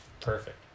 Perfect